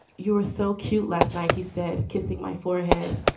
you were so cute. last night, he said, kissing my forehead.